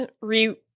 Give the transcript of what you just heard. re